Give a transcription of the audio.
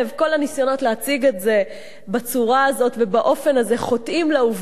כל הניסיונות להציג את זה בצורה הזאת ובאופן הזה חוטאים לעובדה,